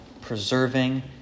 preserving